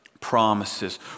promises